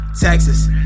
Texas